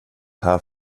här